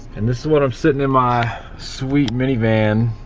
and this is what i'm sitting in my sweet mini-van.